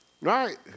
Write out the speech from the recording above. Right